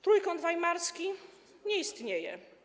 Trójkąt Weimarski - nie istnieje.